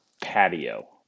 patio